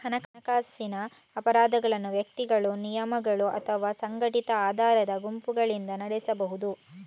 ಹಣಕಾಸಿನ ಅಪರಾಧಗಳನ್ನು ವ್ಯಕ್ತಿಗಳು, ನಿಗಮಗಳು ಅಥವಾ ಸಂಘಟಿತ ಅಪರಾಧ ಗುಂಪುಗಳಿಂದ ನಡೆಸಬಹುದು